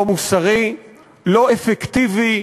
לא מוסרי, לא אפקטיבי,